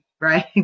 Right